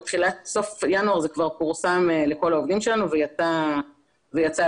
בסוף ינואר זה כבר פורסם לכל העובדים שלנו ויצא לדרך.